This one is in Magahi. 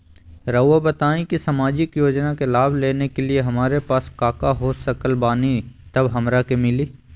रहुआ बताएं कि सामाजिक योजना के लाभ लेने के लिए हमारे पास काका हो सकल बानी तब हमरा के मिली?